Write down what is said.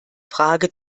frage